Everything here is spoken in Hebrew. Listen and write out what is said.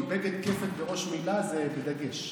לא, כי בג"ד-כפ"ת בראש מילה זה בדגש.